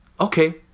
okay